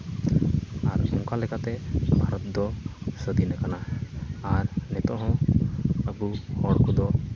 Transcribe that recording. ᱟᱫᱚ ᱱᱚᱝᱠᱟ ᱞᱮᱠᱟᱛᱮ ᱵᱷᱟᱨᱚᱛ ᱫᱚ ᱥᱟᱫᱷᱤᱱᱟᱠᱟᱱᱟ ᱟᱨ ᱱᱤᱛᱳᱜ ᱦᱚᱸ ᱟᱵᱚ ᱦᱚᱲ ᱠᱚᱫᱚ